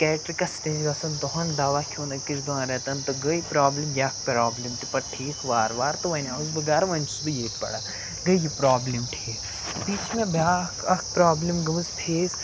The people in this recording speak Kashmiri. کیٹرِکَس نِش گژھان تُہُنٛد دَوا کھیوٚن أکِس دۄن رٮ۪تَن تہٕ گٔے پرٛابلِم یَکھ پرٛابلِم تہِ پَتہٕ ٹھیٖک وارٕ وارٕ تہٕ وَنۍ آوُس بہٕ گَرٕ وَنۍ چھُس بہٕ ییٚتہِ پَران گٔے یہِ پرٛابلِم ٹھیٖک بیٚیہِ چھِ مےٚ بیٛاکھ اَکھ پرٛابلِم گٔمٕژ فیس